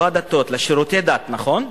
לא הדתות, לשירותי דת, נכון?